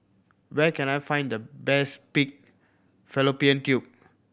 where can I find the best pig fallopian tube